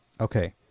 Okay